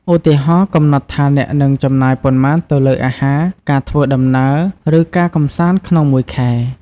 ឧទាហរណ៍ កំណត់ថាអ្នកនឹងចំណាយប៉ុន្មានទៅលើអាហារ ការធ្វើដំណើរ ឬការកម្សាន្តក្នុងមួយខែ។